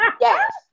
yes